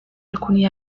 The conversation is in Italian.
alcuni